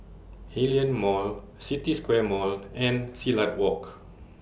Hillion Mall City Square Mall and Silat Walk